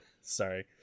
Sorry